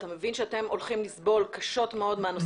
אתה מבין שאתם הולכים לסבול קשות מאוד מהנושא